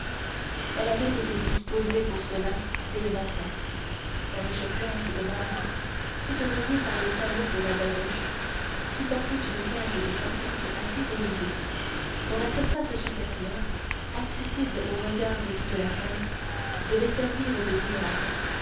elle avait été disposée pour cela dès le matin sa riche planche de marbre toute rayée par les talons de la basoche supportait une cage de charpente assez élevée dont la surface supérieure accessible aux regards de toute la salle devait servir de théâtre